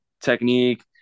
technique